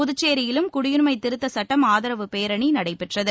புதுச்சேரியிலும் குடியுரிமை திருத்த சுட்டம் ஆதரவு பேரணி நடைபெற்றது